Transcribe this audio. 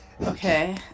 Okay